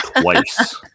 twice